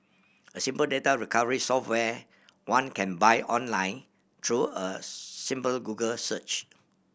a simple data recovery software one can buy online through a simple Google search